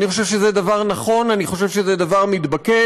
אני חושב שזה דבר נכון, אני חושב שזה דבר מתבקש.